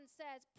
says